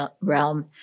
realm